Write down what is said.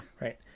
Right